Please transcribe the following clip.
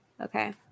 okay